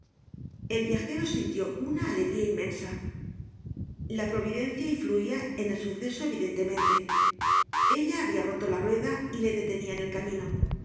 el viajero sintió una alegría inmensa la providencia influia en el suceso evidentemente ella habia roto la rueda y le detenia en el camino